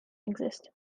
exist